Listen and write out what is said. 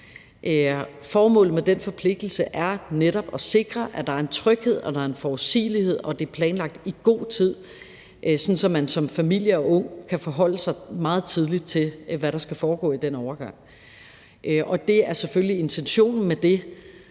Formålet med den forpligtelse er netop at sikre, at der er en tryghed og en forudsigelighed, og at det er planlagt i god tid, sådan at man som familie og ung meget tidligt kan forholde sig til, hvad der skal foregå i den overgang. Det er selvfølgelig intentionen med det,